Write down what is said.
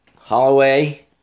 Holloway